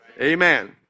Amen